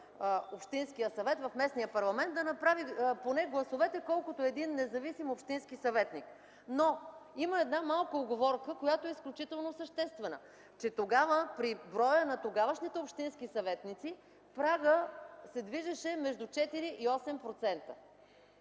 общинския съвет в местния парламент, да направи поне гласовете, колкото един независим общински съветник. Но, има една малка уговорка, която е изключително съществена - че тогава, при броя на тогавашните общински съветници, прагът се движеше между 4 и 8%.